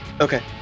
Okay